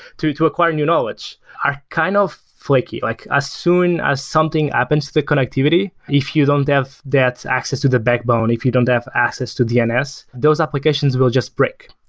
to to acquire new knowledge are kind of flaky like as soon as something happens to the connectivity, if you don't have that access to the backbone, if you don't have access to dns, those applications will just break.